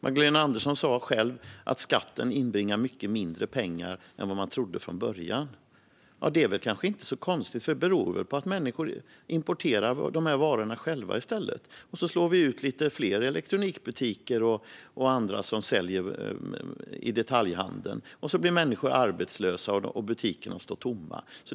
Magdalena Andersson sa själv att skatten inbringar mycket mindre pengar än vad man trodde från början att den skulle göra. Det är kanske inte så konstigt, för det beror på att människor importerar de här varorna själva i stället. Då slår vi ut fler elektronikbutiker och andra i detaljhandeln, och så blir människor arbetslösa och butikerna står tomma.